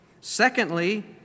Secondly